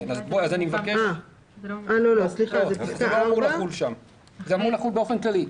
זה אמור לחול באופן כללי.